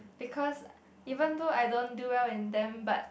because even though I don't do well in them but